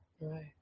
Right